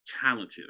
talented